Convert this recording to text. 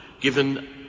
given